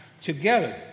together